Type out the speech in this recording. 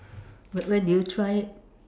where where did you try it